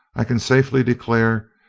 i can safely declare,